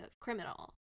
criminal